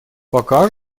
пока